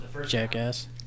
Jackass